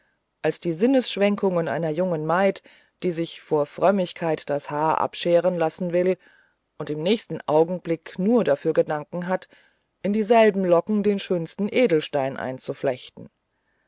als die sinnesschwenkung einer jungen maid die sich vor frömmigkeit das haar abscheren lassen will und im nächsten augenblick nur dafür gedanken hat in dieselben locken den schönsten edelstein einzuflechten